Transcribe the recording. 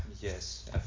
yes